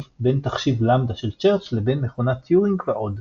בין תחשיב למדא של צ'רץ' לבין מכונת טיורינג ועוד.